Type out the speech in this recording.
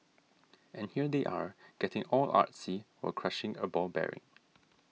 and here they are getting all artsy while crushing a ball bearing